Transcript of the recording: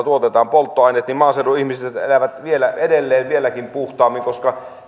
tuotetaan polttoaineet niin että maaseudun ihmiset elävät vieläkin puhtaammin koska